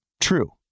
true